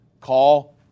call